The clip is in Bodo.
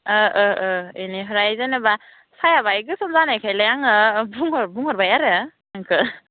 ओ ओ ओ इनिफ्राय जेनोबा साहाया बाहाय गोसोम जानायखायलाय आङो बुंहरबाय आरो नोंखो